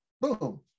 boom